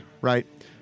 right